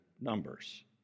numbers